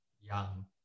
Young